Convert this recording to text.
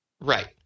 Right